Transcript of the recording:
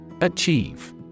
Achieve